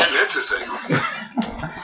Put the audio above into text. Interesting